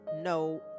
no